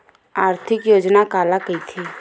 आर्थिक योजना काला कइथे?